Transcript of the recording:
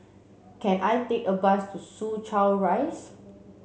can I take a bus to Soo Chow Rise